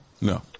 No